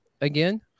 again